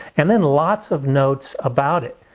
and then lots of notes about it.